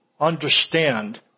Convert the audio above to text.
understand